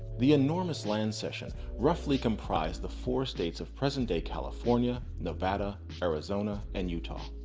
the enormous land cession roughly comprised the four states of present-day california, nevada, arizona, and utah.